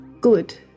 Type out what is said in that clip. good